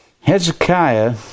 Hezekiah